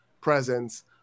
presence